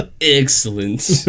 Excellent